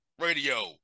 radio